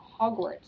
Hogwarts